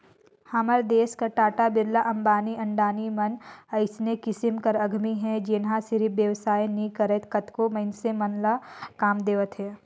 हमर देस कर टाटा, बिरला, अंबानी, अडानी मन अइसने किसिम कर उद्यमी हे जेनहा सिरिफ बेवसाय नी करय कतको मइनसे ल काम देवत हे